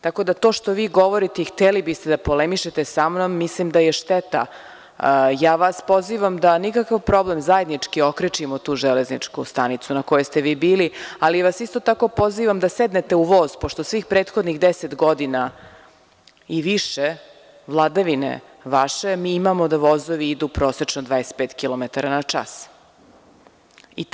Tako da to što vi govorite, hteli biste da polemišete samnom, mislim da je šteta, ja vas pozivam da nikakav problem da zajednički okrečimo tu železničku stanicu na kojoj ste vi bili, ali vas isto tako pozivam da sednete u voz, pošto svih prethodnih 10 godina i više, vladavine vaše, mi imamo da vozovi idu prosečno 25 kilometara na čas.